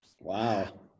Wow